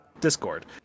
Discord